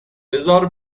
بزار